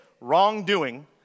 wrongdoing